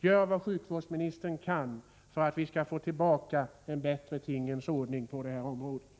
Gör vad sjukvårdsministern kan för att vi skall få tillbaka en bättre tingens ordning på detta område!